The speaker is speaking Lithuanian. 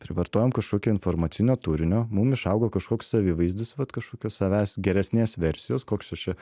privartojam kažkokio informacinio turinio mum išauga kažkoks savivaizdis vat kažkokio savęs geresnės versijos koks aš čia